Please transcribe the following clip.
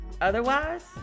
Otherwise